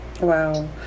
Wow